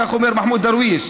כך אומר מחמוד דרוויש,